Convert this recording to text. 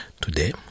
Today